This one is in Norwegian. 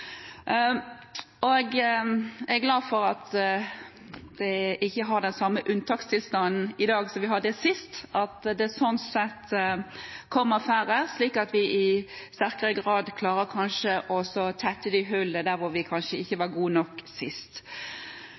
Jeg er glad for at vi ikke har den samme unntakstilstanden i dag som vi hadde sist – at det kommer færre, slik at vi i sterkere grad kanskje klarer å tette hullene der vi kanskje ikke var gode nok sist.